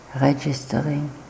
registering